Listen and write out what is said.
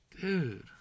Dude